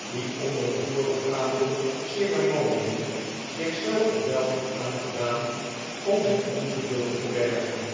die onder de voorafgaande ceremonien zich zelf geweld had aangedaan om zijn ongeduld te verbergen